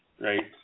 right